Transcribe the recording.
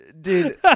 dude